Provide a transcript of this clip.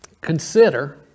Consider